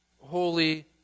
holy